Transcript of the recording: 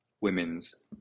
women's